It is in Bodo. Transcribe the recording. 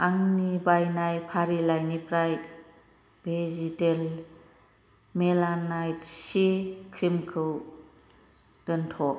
आंनि बायनाय फारिलाइनिफ्राय भेजितेल मेलानाइट सि क्रिमखौ दोनथ'